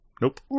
Nope